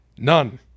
None